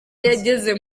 yageze